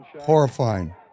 Horrifying